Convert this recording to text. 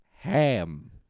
ham